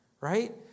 right